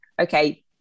okay